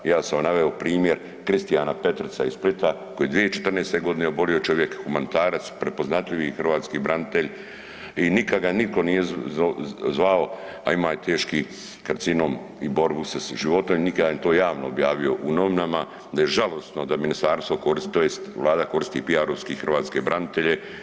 Ja sam naveo primjer Kristijana Petrca iz Splita koji je 2014. godine obolio čovjek, humanitarac, prepoznatljivi hrvatski branitelj i nikada ga nitko nije zvao, a imao je teški karcinom i borbu sa životom i nikada … [[ne razumije se]] to javno objavio u novinama da je žalosno da ministarstvo koristi tj. Vlada koristi pijarovski hrvatske branitelje.